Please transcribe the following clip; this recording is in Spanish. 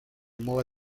mueva